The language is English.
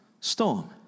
storm